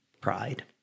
Pride